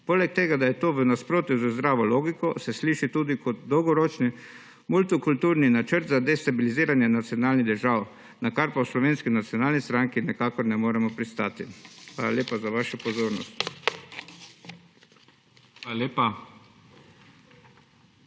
Poleg tega da je to v nasprotju z zdravo logiko, se sliši tudi kot dolgoročni multikulturni načrt za destabiliziranje nacionalnih držav, na kar pa v Slovenski nacionalni stranki nikakor ne moremo pristati. Hvala lepa za vašo pozornost.